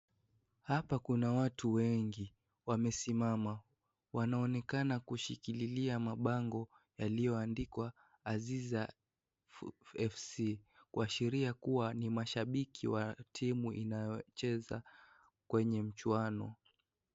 Hapa kuna watu wengi wamesimama, wanaonekana kushikilia mabango yaliyoandikwa Aziza fc kuashiria kuwa ni mashabiki wa timu inayocheza kwenye mchuano.